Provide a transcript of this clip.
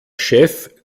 chef